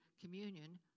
communion